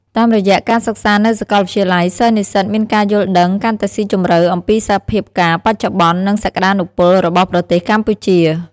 តាមរយៈការសិក្សានៅសាកលវិទ្យាល័យ សិស្សនិស្សិតមានការយល់ដឹងកាន់តែស៊ីជម្រៅអំពីសភាពការណ៍បច្ចុប្បន្ន និងសក្ដានុពលរបស់ប្រទេសកម្ពុជា។